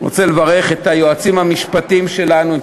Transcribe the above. אני רוצה לברך את היועצים המשפטיים שלנו,